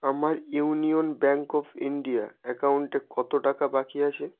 আমার Union Bank of India অ্যাকাউন্টে কত টাকা বাকি আছে